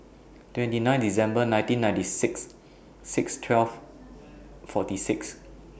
twenty nine December nineteen ninety six six twelve forty six